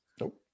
Nope